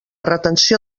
retenció